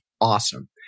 awesome